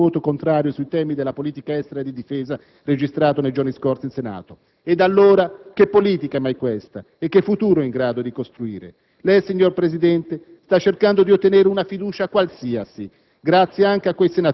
come dimostra il ripetuto voto contrario sui temi della politica estera e di difesa, registrato nei giorni scorsi in Senato. Ed allora, che politica è mai questa? E che futuro è in grado di costruire? Lei, signor Presidente, sta cercando di ottenere una fiducia qualsiasi,